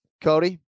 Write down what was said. Cody